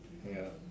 ya